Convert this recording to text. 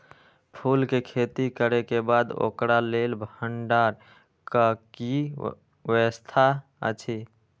फूल के खेती करे के बाद ओकरा लेल भण्डार क कि व्यवस्था अछि?